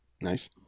Nice